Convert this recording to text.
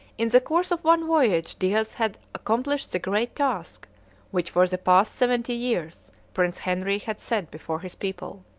in the course of one voyage, diaz had accomplished the great task which for the past seventy years prince henry had set before his people.